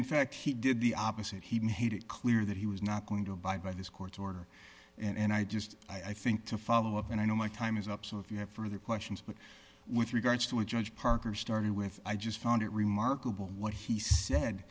in fact he did the opposite he made it clear that he was not going to abide by this court's order and i just i think to follow up and i know my time is up so if you have further questions but with regards to judge parker starting with i just found it remarkable what he said